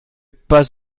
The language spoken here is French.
pas